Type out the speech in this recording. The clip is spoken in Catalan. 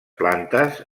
plantes